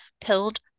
Pilled